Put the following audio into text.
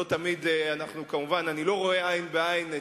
לא תמיד אנחנו רואים עין בעין,